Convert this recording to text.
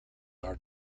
are